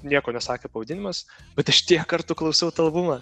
nieko nesakė pavadinimas bet aš tiek kartų klausiau tą labumą